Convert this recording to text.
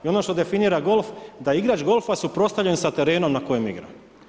I ono što definira golf, da igrač golfa suprotstavljen sa terenom na kojem igra.